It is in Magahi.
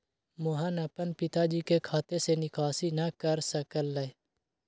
मोहन अपन पिताजी के खाते से निकासी न कर सक लय